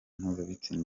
mpuzabitsina